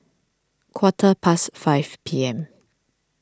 quarter past five P M